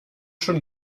schon